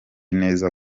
neza